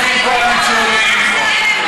זה היה אחרי, 700 מיליון כספים קואליציוניים,